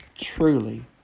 truly